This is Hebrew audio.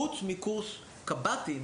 חוץ מכל קבט"ים,